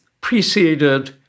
preceded